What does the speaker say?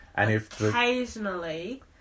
Occasionally